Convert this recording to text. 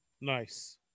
Nice